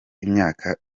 imyaka